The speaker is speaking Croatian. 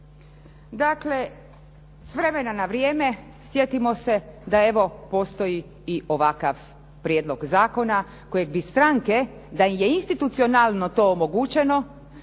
Dakle, s vremena na vrijeme sjetimo se da evo postoji i ovakav prijedlog zakona kojeg bi stranke da im je institucionalno to omogućeno,